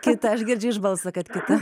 kita aš girdžiu iš balso kad kita